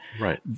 right